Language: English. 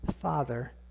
Father